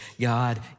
God